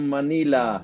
Manila